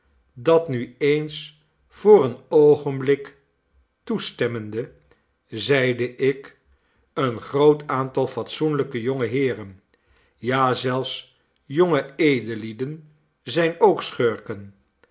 dat nu eens voor een oogenblik toestemmende zeide ik een groot aantal fatsoenlijke jonge heeren ja zelfs jonge edellier den zijn ook schurken